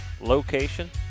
location